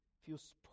feels